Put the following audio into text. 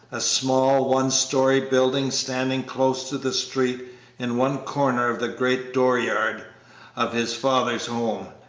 a small, one-story building standing close to the street in one corner of the great dooryard of his father's home,